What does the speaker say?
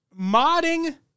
Modding